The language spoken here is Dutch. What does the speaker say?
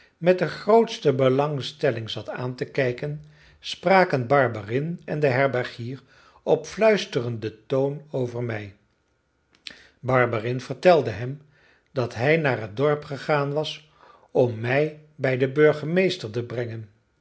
met de grootste belangstelling zat aan te kijken spraken barberin en de herbergier op fluisterenden toon over mij barberin vertelde hem dat hij naar het dorp gegaan was om mij bij den burgemeester te brengen